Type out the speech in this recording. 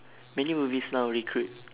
many movies now recruit